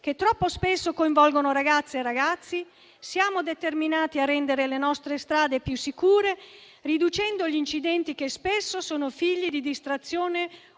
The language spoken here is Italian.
che troppo spesso coinvolgono ragazze e ragazzi. Siamo determinati a rendere le nostre strade più sicure, riducendo gli incidenti che spesso sono figli di distrazione